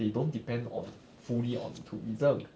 they don't depend on fully on tourism